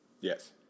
yes